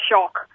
shock